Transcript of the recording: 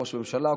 ראש ממשלה,